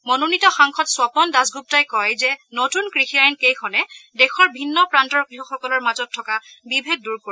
মনোনীত সাংসদ স্বপন দাসগুপাই কয় যে নতুন কৃষি আইন কেইখনে দেশৰ ভিন্ন প্ৰান্তৰ কৃষকসকলৰ মাজত থকা বিভেদ দূৰ কৰিব